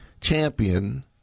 champion